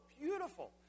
beautiful